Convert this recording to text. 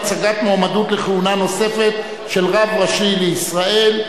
הצגת מועמדות לכהונה נוספת של רב ראשי לישראל),